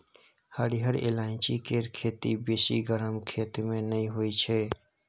हरिहर ईलाइची केर खेती बेसी गरम खेत मे नहि होइ छै